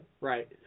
Right